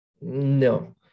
No